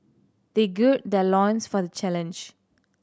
they gird their loins for the challenge